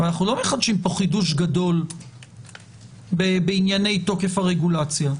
אנחנו לא מחדשים כאן חידוש גדול בענייני תוקף הרגולציה.